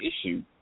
issue